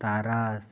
ᱛᱟᱨᱟᱥ